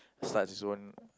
starts his own